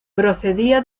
procedía